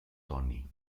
tony